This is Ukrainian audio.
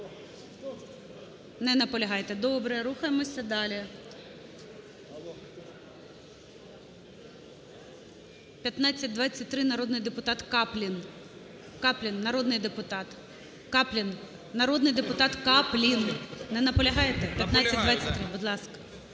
Не наполягаєте. Добре. Рухаємося далі. 1523. Народний депутат Каплін. Каплін народний депутат. Каплін. Народний депутат Каплін, не наполягаєте? 1523, будь ласка.